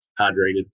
hydrated